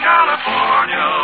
California